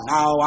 Now